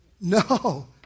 No